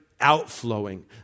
outflowing